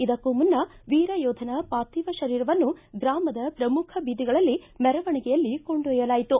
ಇದಕ್ಕೂ ಮುನ್ನ ವೀರಯೋಧನ ಪಾರ್ಥಿವ ಶರೀರವನ್ನು ಗ್ರಮದ ಶ್ರಮುಖ ಬೀದಿಗಳಲ್ಲಿ ಮೆರವಣಿಗೆಯಲ್ಲಿ ಕೊಂಡೊಯ್ಬಲಾಯಿತು